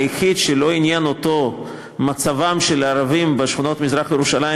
היחיד שלא עניין אותו מצבם של הערבים בשכונות מזרח-ירושלים,